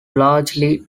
largely